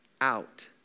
out